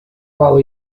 while